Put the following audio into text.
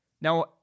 Now